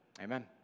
Amen